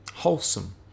wholesome